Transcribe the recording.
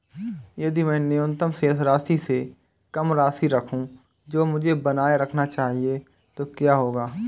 यदि मैं न्यूनतम शेष राशि से कम राशि रखूं जो मुझे बनाए रखना चाहिए तो क्या होगा?